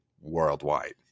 worldwide